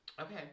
Okay